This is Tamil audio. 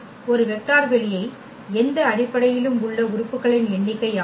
ஒரு வெக்டர் வெளியை எந்த அடிப்படையிலும் உள்ள உறுப்புகளின் எண்ணிக்கை ஆகும்